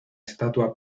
estatua